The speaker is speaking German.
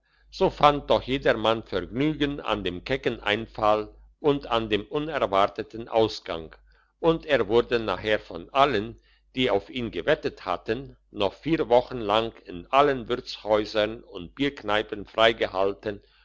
so fand doch jedermann vergnügen an dem kecken einfall und an dem unerwarteten ausgang und er wurde nachher von allen die auf ihn gewettet hatten noch vier wochen lang in allen wirtshäusern und bierkneipen freigehalten